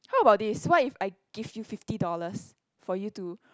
how about this what if I give you fifty dollars for you to